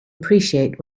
appreciate